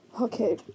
okay